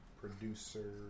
Producer